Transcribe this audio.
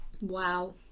Wow